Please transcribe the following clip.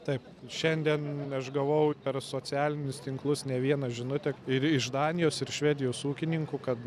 taip šiandien aš gavau per socialinius tinklus ne vieną žinutę ir iš danijos ir švedijos ūkininkų kad